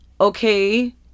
okay